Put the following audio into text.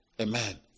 Amen